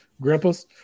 Grandpas